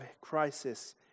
crisis